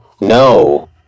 no